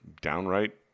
downright